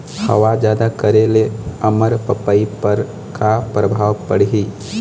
हवा जादा करे ले अरमपपई पर का परभाव पड़िही?